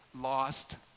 lost